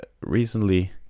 recently